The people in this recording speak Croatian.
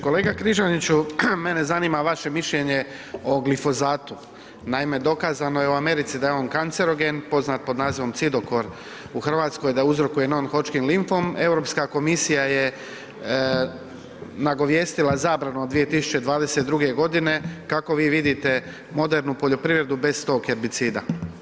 Kolega Križaniću, mene zanima vaše mišljenje o glifozatu, naime dokazano je u Americi da je on kancerogen, poznat pod nazivom cidokor u Hrvatskoj, da uzrokuje No-Hodgkinov limfom, EU komisija je nagovijestila zabranu od 2022. g., kako vi vidite modernu poljoprivredu bez tog herbicida?